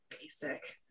basic